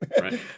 right